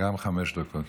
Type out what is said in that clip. גם חמש דקות.